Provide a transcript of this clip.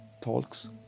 Talks